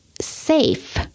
safe